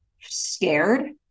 scared